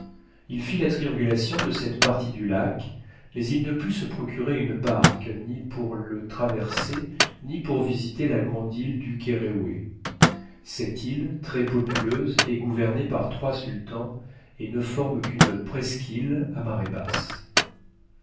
il fit la triangulation de cette partie du lac mais il ne put se procurer une barque ni pour le traverser ni pour visiter la grande île dukéréoué cette île très populeuse est gouvernée par trois sultans et ne forme qu'une presqu'île à marée basse